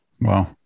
Wow